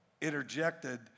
interjected